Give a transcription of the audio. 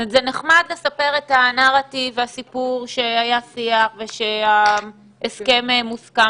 זה נחמד לספר את הנרטיב והסיפור שהיה שיח ושההסכם מוסכם